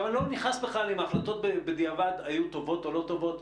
אני לא נכנס בכלל אם ההחלטות בדיעבד היו טובות או לא טובות,